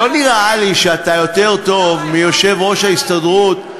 לא נראה לי שאתה יותר טוב מיושב-ראש ההסתדרות,